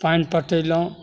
पानि पटेलहुॅं